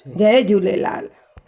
Jay Jhulelal